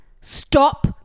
stop